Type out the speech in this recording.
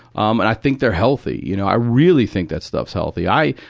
um and i think they're healthy. you know, i really think that stuff's healthy. i,